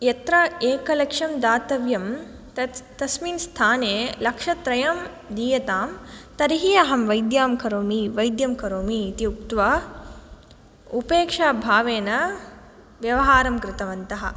यत्र एकलक्षं दातव्यं तत् तस्मिन् स्थाने लक्षत्रयं दीयतां तर्हि अहं वैद्यां करोमि वैद्यं करोमि इति उक्त्वा उपेक्षाभावेन व्यवहारं कृतवन्तः